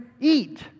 eat